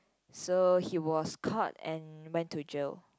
so he was caught and went to jail